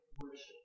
worship